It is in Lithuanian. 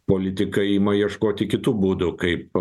politikai ima ieškoti kitų būdų kaip